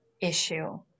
issue